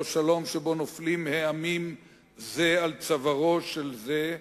לא שלום שבו העמים נופלים זה על צווארו של זה,